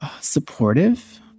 supportive